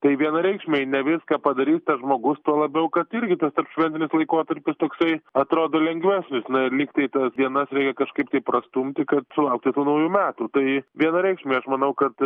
tai vienareikšmiai ne viską padarys tas žmogus tuo labiau kad irgi tas tarpšventinis laikotarpis toksai atrodo lengvesnis na ir lygtai tas dienas reikia kažkaip tai prastumti kad sulaukti tų naujų metų tai vienareikšmiai aš manau kad